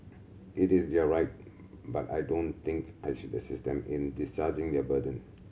it is their right but I don't think I should assist them in discharging their burden